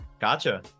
Gotcha